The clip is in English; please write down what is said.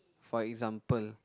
for example